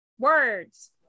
words